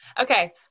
Okay